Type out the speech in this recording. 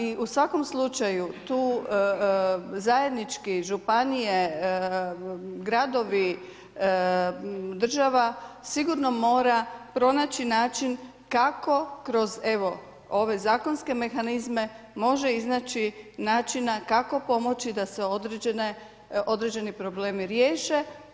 I u svakom slučaju tu zajednički županije, gradovi, država sigurno mora pronaći način kako kroz evo ove zakonske mehanizme može iznaći načina kako pomoći da se određeni problemi riješe.